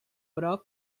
groc